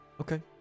Okay